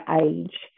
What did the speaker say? age